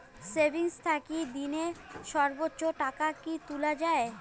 Savings থাকি দিনে সর্বোচ্চ টাকা কি তুলা য়ায়?